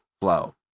flow